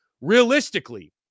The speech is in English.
realistically